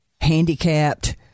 handicapped